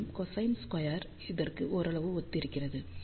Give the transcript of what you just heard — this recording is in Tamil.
மேலும் கொசைன் ஸ்கொயர் இதற்கு ஓரளவு ஒத்திருக்கிறது